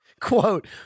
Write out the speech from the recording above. Quote